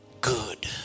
good